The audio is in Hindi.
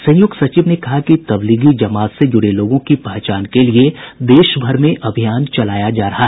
संयुक्त सचिव ने कहा कि तब्लीगी जमात से जुड़े लोगों की पहचान के लिए देश भर में अभियान चलाया जा रहा है